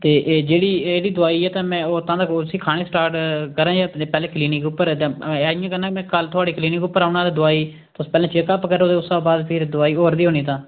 ते एह् जेह्ड़ी एह्दी दोआई ऐ तां में ओ तां तक्कर उस्सी खानी स्टार्ट करां जां पैह्ले क्लीनिक उप्पर जां इ'यां करनां में कल्ल थुआढ़े क्लीनिक उप्पर औन्ना ते दोआई तुस पैह्लें चैक्क अप करो ते उस स्हाबा फ्ही दोआई होर देओ निं तां